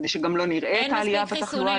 כדי שגם לא נראה את העלייה בתחלואה.